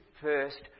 first